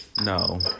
no